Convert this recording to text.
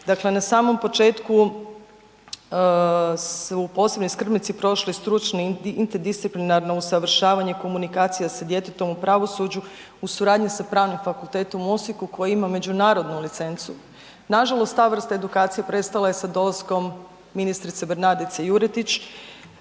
Dakle na samom početku su posebni skrbnici prošli stručni interdisciplinarno usavršavanje komunikacija sa djetetom u pravosuđu u suradnji sa Pravnim fakultetom u Osijeku koji ima međunarodnu licencu. Nažalost ta vrsta edukacije prestala je sa dolaskom ministre Bernardice Juretić,